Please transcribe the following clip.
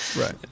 Right